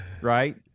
right